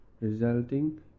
resulting